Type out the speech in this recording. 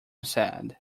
sad